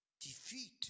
defeat